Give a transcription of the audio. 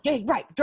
right